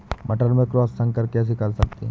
मटर में क्रॉस संकर कैसे कर सकते हैं?